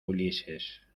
ulises